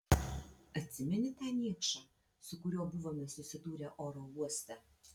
atsimeni tą niekšą su kuriuo buvome susidūrę oro uoste